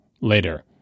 later